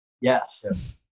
yes